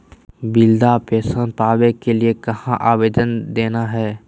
वृद्धा पेंसन पावे के लिए कहा आवेदन देना है?